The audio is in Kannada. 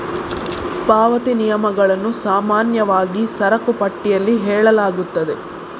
ಪಾವತಿ ನಿಯಮಗಳನ್ನು ಸಾಮಾನ್ಯವಾಗಿ ಸರಕು ಪಟ್ಟಿಯಲ್ಲಿ ಹೇಳಲಾಗುತ್ತದೆ